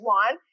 one